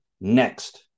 Next